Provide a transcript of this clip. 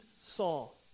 Saul